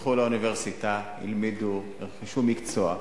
שילכו לאוניברסיטה, ילמדו, ירכשו מקצוע,